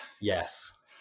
yes